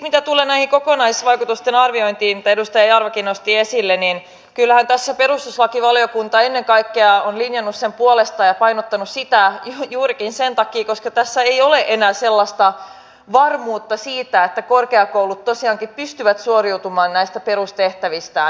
mitä tulee näiden kokonaisvaikutusten arviointiin minkä edustaja jarvakin nosti esille niin kyllähän tässä perustuslakivaliokunta ennen kaikkea on linjannut sen puolesta ja painottanut sitä juurikin sen takia että tässä ei ole enää sellaista varmuutta siitä että korkeakoulut tosiaankin pystyvät suoriutumaan näistä perustehtävistään